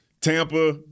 Tampa